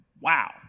Wow